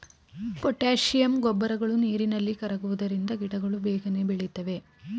potassium ಗೊಬ್ಬರಗಳು ನೀರಿನಲ್ಲಿ ಕರಗುವುದರಿಂದ ಗಿಡಗಳು ಬೇಗನೆ ಬೆಳಿತವೆ